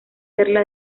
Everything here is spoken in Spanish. perla